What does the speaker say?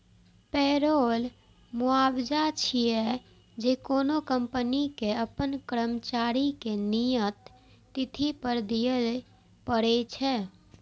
payroll मुआवजा छियै, जे कोनो कंपनी कें अपन कर्मचारी कें नियत तिथि पर दियै पड़ै छै